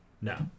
No